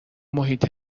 محیط